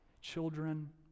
children